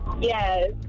Yes